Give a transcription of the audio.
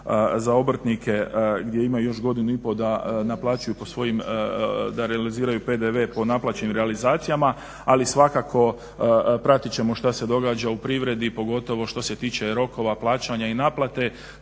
za obrtnike gdje ima još godinu i pol da naplaćuju po svojim, da realiziraju PDV po naplaćenim realizacijama. Ali svakako pratiti ćemo šta se događa u privredi, pogotovo što se tiče rokova plaćanja i naplate.